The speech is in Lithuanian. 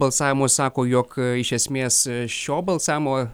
balsavimo sako jog iš esmės šio balsavimo